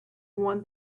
want